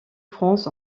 france